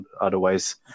Otherwise